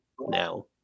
now